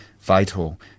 vital